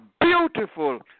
beautiful